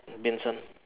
vincent